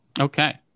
Okay